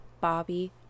Bobby